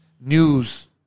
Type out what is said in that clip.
News